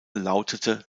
lautete